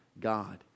God